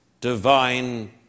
divine